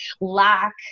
lack